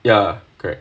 ya correct